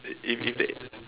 if if that